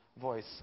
voice